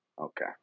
Okay